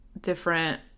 different